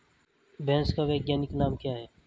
भैंस का वैज्ञानिक नाम क्या है?